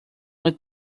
not